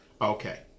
okay